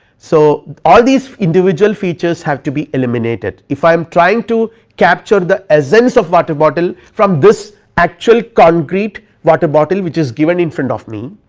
so, all these individual features have to be eliminated, if i am trying to capture the essence of water bottle from this actual concrete water bottle, which is given in front of me,